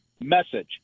message